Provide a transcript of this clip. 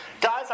guys